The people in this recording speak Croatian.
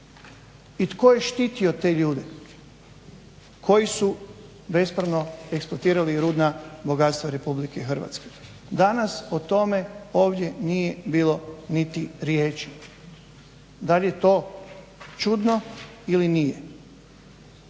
i tko je štitio te ljude koji su bespravno eksploatirali rudna bogatstva RH. Danas o tome ovdje nije bilo niti riječi. Dal je to čudno ili nije?